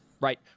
right